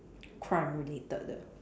crime related 的：de